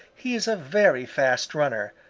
he is a very fast runner,